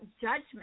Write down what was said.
judgment